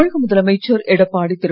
தமிழக முதலமைச்சர் எடப்பாடி திரு